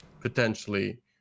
potentially